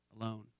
alone